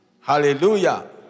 Hallelujah